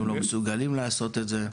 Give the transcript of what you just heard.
אבל הם לא מסוגלים לעשות את זה.